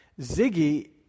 Ziggy